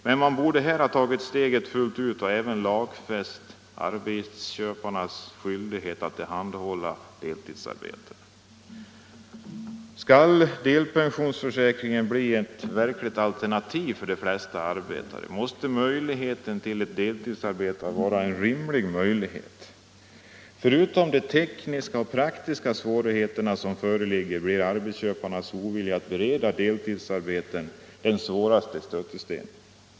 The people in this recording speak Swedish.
Men man borde här ha tagit steget fullt ut och även lagfäst arbetsköparnas skyldighet att tillhandahålla deltidsarbeten. arbetare, måste deltidsarbete vara en rimlig möjlighet. Förutom de tekniska och praktiska svårigheter som föreligger blir arbetsköparnas ovilja att bereda deltidsarbeten den svåraste stötestenen.